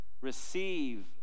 Receive